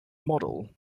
model